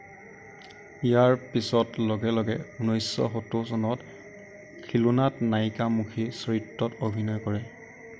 ইয়াৰ পিছত লগে লগে উনৈছশ সত্তৰ চনত খিলোনাত নায়িকা মুখী চৰিত্ৰত অভিনয় কৰে